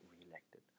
re-elected